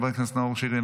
חבר הכנסת נאורי שירי,